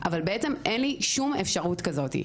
אבל בעצם אין לי שום אפשרות כזאת.